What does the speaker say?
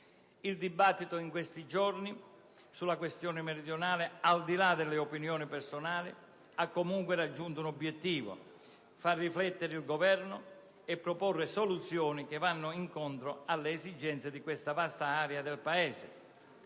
Il dibattito di questi giorni sulla questione meridionale, al di là delle opinioni personali, ha comunque raggiunto l'obiettivo di far riflettere il Governo e proporre soluzioni che vanno incontro alle esigenze di questa vasta area del Paese.